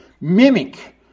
mimic